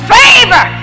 favor